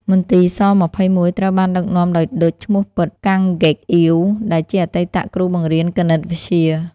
មន្ទីរស-២១ ត្រូវបានដឹកនាំដោយ ឌុច ឈ្មោះពិត កាំង ហ្គេកអ៊ាវ ដែលជាអតីតគ្រូបង្រៀនគណិតវិទ្យា។